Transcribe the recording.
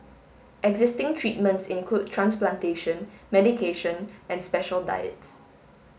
existing treatments include transplantation medication and special diets